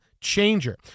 changer